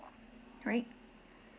alright